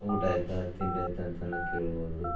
ಊಟ ಆಯ್ತಾ ತಿಂಡಿ ಆಯ್ತಾ ಅಂತಲೂ ಕೇಳ್ಬೋದು